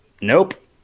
Nope